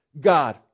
God